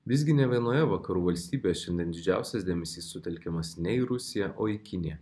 visgi ne vienoje vakarų valstybėj šiandien didžiausias dėmesys sutelkiamas ne į rusiją o į kiniją